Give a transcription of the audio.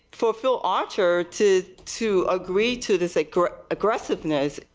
for phil archer to to agree to this ah aggressiveness,